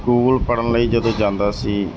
school ਪੜ੍ਹਨ ਲਈ ਜਦੋਂ ਜਾਂਦਾ ਸੀ